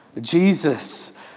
Jesus